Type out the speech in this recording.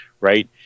right